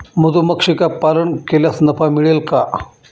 मधुमक्षिका पालन केल्यास नफा मिळेल का?